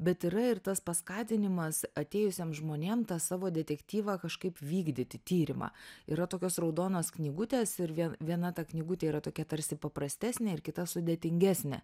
bet yra ir tas paskatinimas atėjusiem žmonėm tą savo detektyvą kažkaip vykdyti tyrimą yra tokios raudonos knygutės ir vien viena ta knygutė yra tokia tarsi paprastesnė ir kita sudėtingesnė